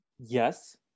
Yes